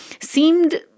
seemed